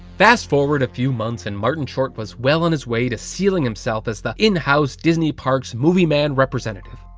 fast forward a few months and martin short was well on his way to sealing himself as the in-house disney parks movie man representative.